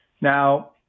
Now